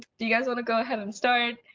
do you guys want to go ahead and start?